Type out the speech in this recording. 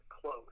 close